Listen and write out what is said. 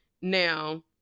Now